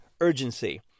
urgency